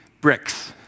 bricks